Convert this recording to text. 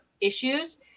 issues